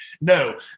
no